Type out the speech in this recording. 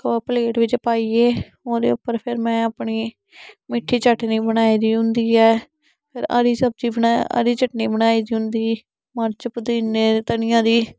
ओह् प्लेट बिच्च पाइयै ओह्दे उप्पर फेर मैं अपनी मिट्ठी चटनी बनाई दी होंदी ऐ फिर हरी सब्जी हरी चटनी बनाई दी होंदी मर्च पुदीने दी धनिया दी